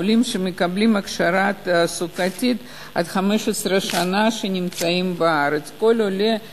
עולים שנמצאים עד 15 שנה בארץ מקבלים הכשרה תעסוקתית.